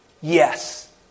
Yes